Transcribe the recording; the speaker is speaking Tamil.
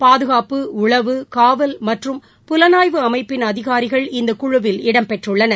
பாதுகாப்பு உளவு காவல் மற்றும் புலனாய்வு அமைப்பின் அதிகாரிகள் இந்தக்குழுவில் இடம்பெற்றுள்ளனர்